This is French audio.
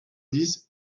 dix